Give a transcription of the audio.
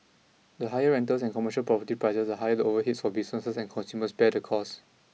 the higher the rentals and commercial property prices the higher the overheads for businesses and consumers bear the costs